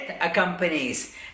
accompanies